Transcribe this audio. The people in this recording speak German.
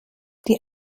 die